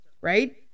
right